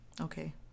Okay